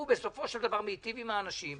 שהוא בסופו של דבר מטיב עם אנשים.